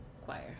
choir